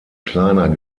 kleiner